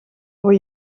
voor